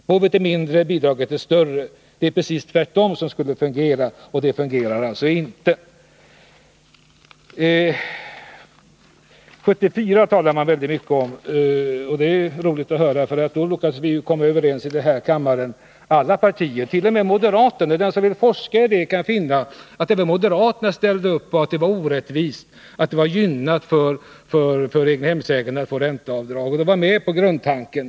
Behovet är mindre, bidraget är större — det är precis tvärtom mot hur det borde vara. 1974 talar man väldigt mycket om. Det är roligt att höra. Då lyckades nämligen alla partier här i kammaren komma överens, t.o.m. moderaterna. Den som vill forska i detta kan finna att även moderaterna ställde upp på att systemet var orättvist, att det var gynnsamt för egnahemsägarna att få ränteavdrag. De var med på grundtanken.